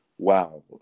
Wow